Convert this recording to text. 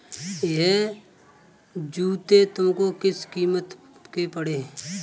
यह जूते तुमको किस कीमत के पड़े?